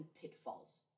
pitfalls